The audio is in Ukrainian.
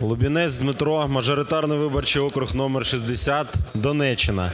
Лубінець Дмитро, мажоритарний виборчий округ № 60, Донеччина.